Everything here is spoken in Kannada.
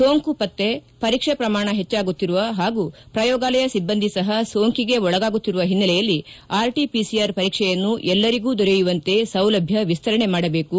ಸೋಂಕು ಪತ್ತೆ ಪರೀಕ್ಷೆ ಪ್ರಮಾಣ ಹೆಚ್ಚಾಗುತ್ತಿರುವ ಹಾಗೂ ಪ್ರಯೋಗಾಲಯ ಸಿಬ್ಬಂದಿ ಸಹ ಸೋಂಕಿಗೆ ಒಳಗಾಗುತ್ತಿರುವ ಹಿನ್ನೆಲೆಯಲ್ಲಿ ಆರ್ಟಿಪಿಸಿಆರ್ ಪರೀಕ್ಷೆಯನ್ನು ಎಲ್ಲರಿಗೂ ದೊರೆಯುವಂತೆ ಸೌಲಭ್ಯ ವಿಸ್ತರಣೆ ಮಾಡಬೇಕು